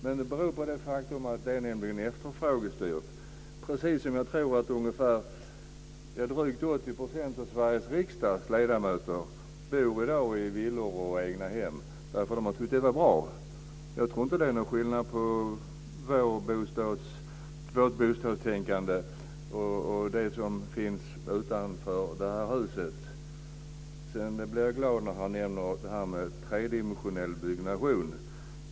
Men det beror på det faktum att det är efterfrågestyrt. Och jag tror att drygt 80 % av Sveriges riksdags ledamöter i dag bor i villor och egnahem därför att de tycker att det är bra. Jag tror inte att det är någon skillnad på vårt bostadstänkande och på det som finns utanför det här huset. Sedan blev jag glad när han nämnde detta med tredimensionell byggnation.